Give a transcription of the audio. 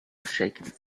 shake